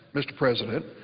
mr. president,